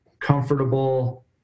comfortable